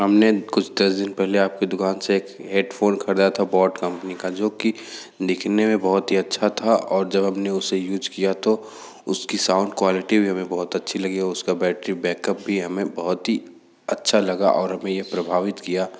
हमने कुछ दस दिन पहले आपके दुकान से हेडफोन खरीदा था बॉट कंपनी का जो कि दिखने में बहुत ही अच्छा था और जब हमने उसे यूज किया तो उसकी साउंड क्वालिटी भी हमें बहुत अच्छी लगी और उसका बैटरी बैकअप भी हमें बहुत ही अच्छा लगा और हमें ये प्रभावित किया